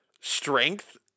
Strength